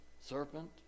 serpent